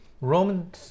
Roman